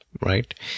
right